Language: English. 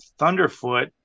Thunderfoot